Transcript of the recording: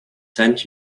sent